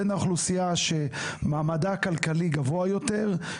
בין האוכלוסייה שמעמדה הכלכלי גבוה יותר,